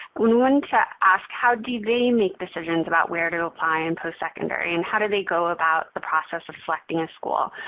we want to ask how do they make decisions about where to apply in postsecondary, and how do they go about the process of selecting a school?